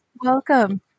Welcome